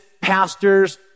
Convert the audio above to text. pastors